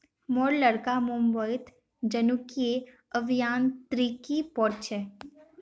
मोर लड़का मुंबईत जनुकीय अभियांत्रिकी पढ़ छ